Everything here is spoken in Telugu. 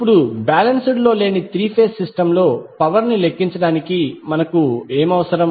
ఇప్పుడు బాలెన్స్డ్ లో లేని త్రీ ఫేజ్ సిస్టమ్ లో పవర్ ని లెక్కించడానికి మనకు ఏమి అవసరం